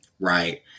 Right